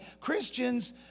Christians